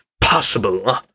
possible